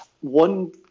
one